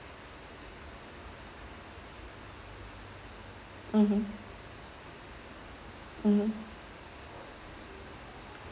mmhmm mmhmm